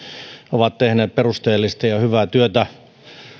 ovat tehneet perusteellista ja hyvää työtä